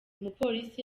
umupolisi